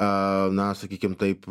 a na sakykim taip